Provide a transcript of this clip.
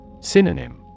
Synonym